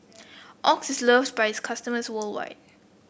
Oxy is loved by its customers worldwide